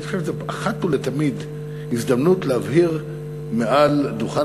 אני חושב שזאת הזדמנות להבהיר אחת ולתמיד מעל דוכן